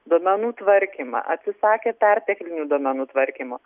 duomenų tvarkymą atsisakė perteklinių duomenų tvarkymo